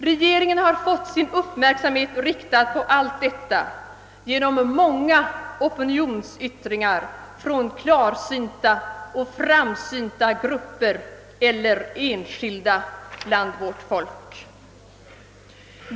Regeringen har fått sin uppmärksamhet riktad på allt detta genom många opinionsyttringar från klarsynta och framsynta grupper eller enskilda i vårt land.